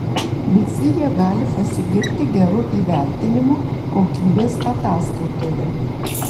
visi jie gali pasigirti geru įvertinimu kokybės ataskaitoje